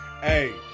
Hey